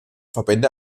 verbände